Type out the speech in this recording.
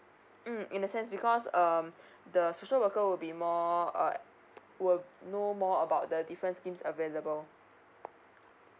mm in a sense because um the social worker will be more err will know more about the different schemes available